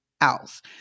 else